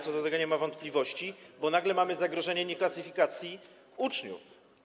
Co do tego nie ma wątpliwości, bo nagle mamy zagrożenie nieklasyfikacją uczniów.